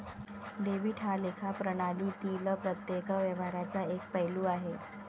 debit हा लेखा प्रणालीतील प्रत्येक व्यवहाराचा एक पैलू आहे